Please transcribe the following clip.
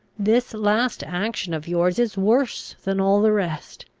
this last action of yours is worse than all the rest.